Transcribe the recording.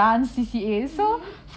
mmhmm